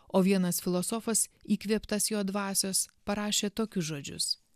o vienas filosofas įkvėptas jo dvasios parašė tokius žodžius